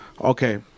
okay